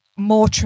more